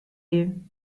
you